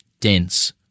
dense